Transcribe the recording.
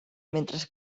mentre